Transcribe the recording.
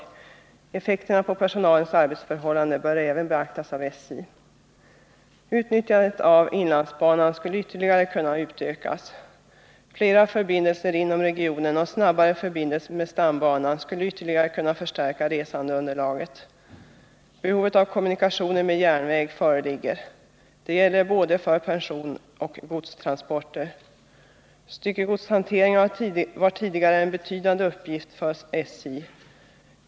Även effekterna på personalens arbetsförhållanden bör dock beaktas av SJ. Utnyttjandet av inlandsbanan skulle ytterligare kunna utökas. Flera förbindelser inom regionen och snabbare förbindelser med stambanan skulle ytterligare kunna förstärka resandeunderlaget. Behovet av kommunikationer med järnväg föreligger. Detta gäller för både personoch godstransporter. Styckegodshanteringen var tidigare en betydande uppgift för SJ.